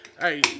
Hey